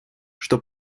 что